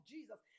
Jesus